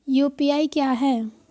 UPI क्या है?